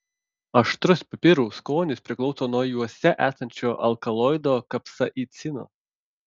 aštrus pipirų skonis priklauso nuo juose esančio alkaloido kapsaicino